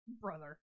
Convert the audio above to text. Brother